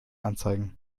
anzeigen